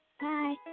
Bye